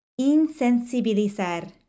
Insensibilizar